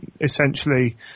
Essentially